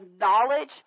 knowledge